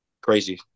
crazy